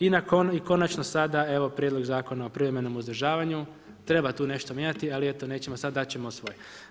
I konačno sada evo prijedlog Zakona o privremenom uzdržavanju, treba tu nešto mijenjati, ali eto, nećemo sad, dati ćemo svoj.